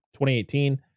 2018